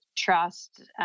trust